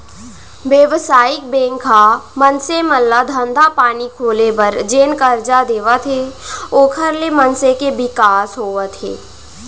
बेवसायिक बेंक ह मनसे मन ल धंधा पानी खोले बर जेन करजा देवत हे ओखर ले मनसे के बिकास होवत हे